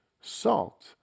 Salt